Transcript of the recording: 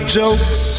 jokes